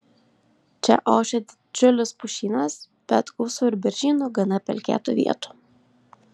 čia ošia didžiulis pušynas bet gausu ir beržynų gana pelkėtų vietų